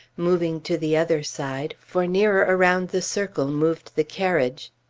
moving to the other side, for nearer around the circle moved the carriage.